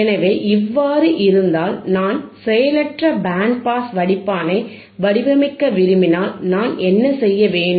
எனவே இவ்வாறு இருந்தால் நான் செயலற்ற பேண்ட் பாஸ் வடிப்பானை வடிவமைக்க விரும்பினால் நான் என்ன செய்ய வேண்டும்